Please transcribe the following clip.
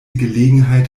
gelegenheit